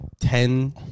ten